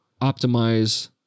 optimize